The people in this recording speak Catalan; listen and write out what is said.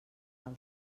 pel